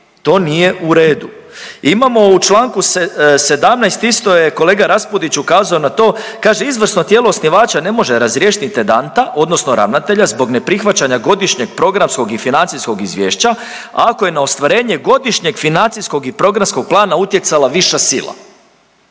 to nije u redu. Imamo u Članku 17. isto je kolega Raspudić ukazao na to kaže izvršno tijelo osnivača ne može razriješiti intendanta odnosno ravnatelja zbog neprihvaćanja godišnje programskog i financijskog izvješća ako je na ostvarenje godišnjeg financijskog i programskog plana utjecala viša sila.